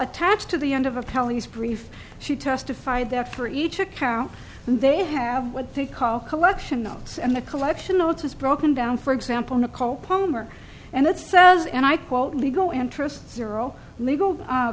attached to the end of a kelly's brief she testified that for each account they have what they call collection notes and the collection notes was broken down for example nicole palmer and it says and i quote legal interest zero legal